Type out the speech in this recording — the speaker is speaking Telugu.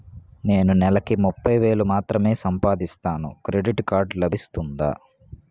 నేను నెల కి ముప్పై వేలు మాత్రమే సంపాదిస్తాను క్రెడిట్ కార్డ్ లభిస్తుందా?